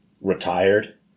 retired